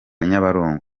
nyabarongo